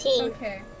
okay